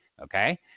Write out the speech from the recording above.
okay